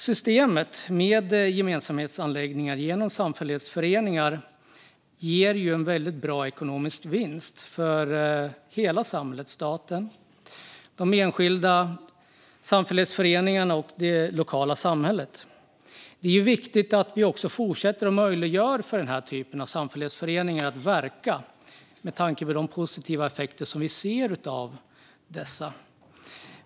Systemet med gemensamhetsanläggningar genom samfällighetsföreningar ger en väldigt bra ekonomisk vinst för hela samhället: staten, de enskilda, samfällighetsföreningarna och det lokala samhället. Det är ju viktigt att vi också fortsätter att möjliggöra för den här typen av samfällighetsföreningar att verka med tanke på de positiva effekter som vi ser av dessa.